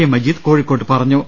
A Majeed കോഴിക്കോട്ട് പറഞ്ഞു